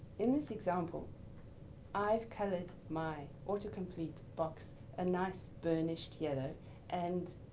in this example i've colored my autocomplete box a nice varnished yellow and